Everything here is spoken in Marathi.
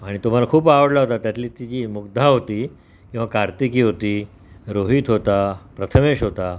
आणि तुम्हाला खूप आवडला होता त्यातली ती जी मुग्धा होती किंवा कार्तिकी होती रोहित होता प्रथमेश होता